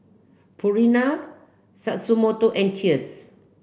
Purina Tatsumoto and Cheers